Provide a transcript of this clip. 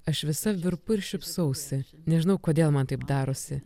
aš visa virpu ir šypsausi nežinau kodėl man taip darosi